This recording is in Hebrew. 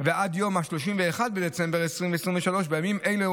ועד יום 31 בדצמבר 2023. בימים אלו